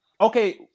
Okay